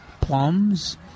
plums